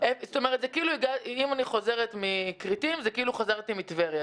אם אני חוזרת מכרתים, זה כאילו חזרתי מטבריה.